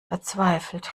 verzweifelt